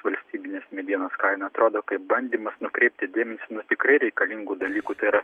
valstybinės medienos kaina atrodo kaip bandymas nukreipti dėmesį nuo tikrai reikalingų dalykų tai yra